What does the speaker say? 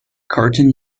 cartan